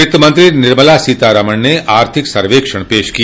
वित्त मंत्री निर्मला सीतारामन ने आर्थिक सर्वेक्षण पेश किया